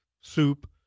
soup